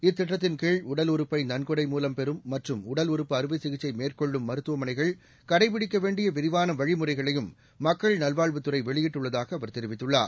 இத்திட்டத்தின்கீழ் உடல் உறுப்பை நன்கொடை மூலம் பெறும் மற்றும் உடல் உறுப்பு அறுவை சிகிச்சை மேற்கொள்ளும் மருத்துவமனைகள் கடைப்பிடிக்க வேண்டிய விரிவான வழிமுறைகளையும் மக்கள் நல்வாழ்வுத்துறை வெளியிட்டுள்ளதாக அவர் தெரிவித்துள்ளார்